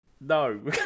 No